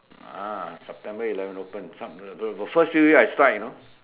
ah September eleven open some uh the the first few year I strike you know